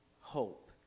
hope